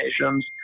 nations